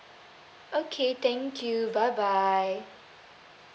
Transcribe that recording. okay thank you bye bye